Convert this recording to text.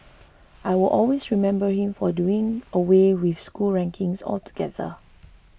I will always remember him for doing away with school rankings altogether